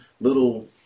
little